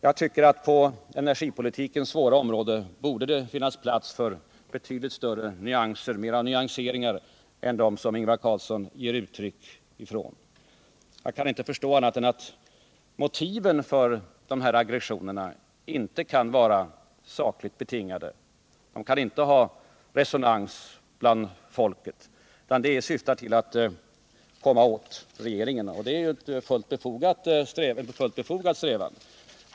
Jag tycker att det på energipolitikens svåra område borde finnas plats för betydligt mera nyansering än vad Ingvar Carlsson ger uttryck för. Jag kan inte förstå annat än att motiven för dessa aggressioner inte kan vara sakligt betingade. De kan inte ha resonans bland folket, utan de syftar till att komma åt regeringen. Det är en i och för sig fullt befogad strävan.